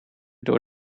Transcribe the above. door